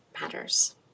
matters